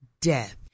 death